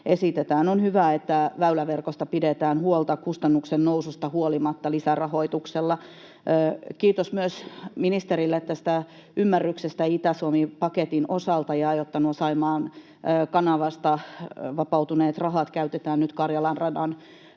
On hyvä, että väyläverkosta pidetään huolta kustannusten noususta huolimatta lisärahoituksella. Kiitos ministerille myös ymmärryksestä Itä-Suomi paketin osalta, jotta Saimaan kanavasta vapautuneet rahat käytetään nyt Karjalan radan